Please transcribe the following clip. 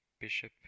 Bishop